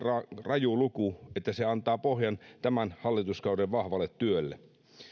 raju luku että se antaa pohjan tämän hallituskauden vahvalle työlle